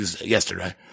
yesterday